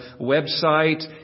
website